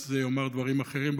אז אומר דברים אחרים.